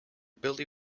billy